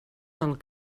del